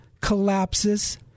collapses